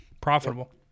profitable